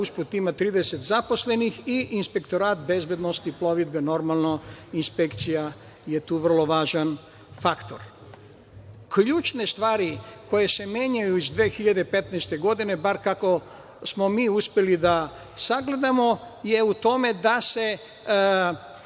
usput, ima 30 zaposlenih i Inspektorat bezbednosti plovidbe, normalno inspekcija je tu važan faktor. Ključne stvari koje se menjaju iz 2015. godine, bar kako smo mi uspeli da sagledamo, su u tome da su